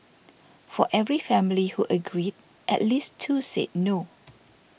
for every family who agreed at least two said no